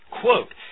Quote